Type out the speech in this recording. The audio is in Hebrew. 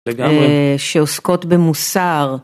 לגמרי. שעוסקות במוסר.